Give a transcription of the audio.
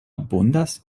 abundas